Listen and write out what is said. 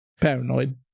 paranoid